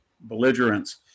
belligerents